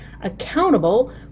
accountable